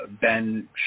Ben